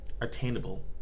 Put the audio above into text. attainable